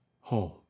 home